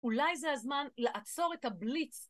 אולי זה הזמן לעצור את הבליץ.